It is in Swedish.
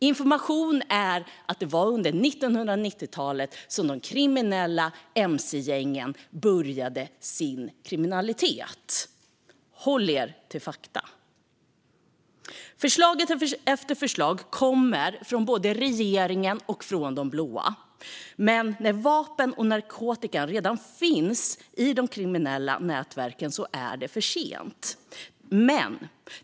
Information är att det var under 1990-talet som de kriminella mc-gängen började med sin kriminalitet. Håll er till fakta! Förslag efter förslag kommer från både regeringen och de blå, men när vapen och narkotika redan finns i de kriminella nätverken är det för sent.